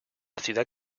ciudad